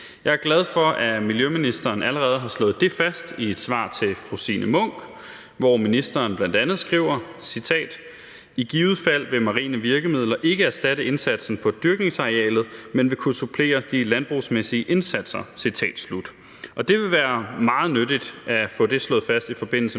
Jeg er glad for, at miljøministeren allerede har slået det fast i et svar til fru Signe Munk, hvor ministeren bl.a. skriver: »I givet fald vil marine virkemidler ikke erstatte indsatsen på dyrkningsarealet, men vil kunne supplere de landbrugsmæssige indsatser.« Det ville være meget nyttigt at få det slået fast i forbindelse med